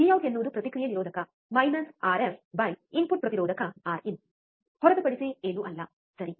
V out ಎನ್ನುವುದು ಪ್ರತಿಕ್ರಿಯೆ ನಿರೋಧಕ ಆರ್ಎಫ್ಇನ್ಪುಟ್ ಪ್ರತಿರೋಧಆರ್ಇನ್ವಿಇನ್ ಹೊರತುಪಡಿಸಿ ಏನೂ ಅಲ್ಲ ಸರಿ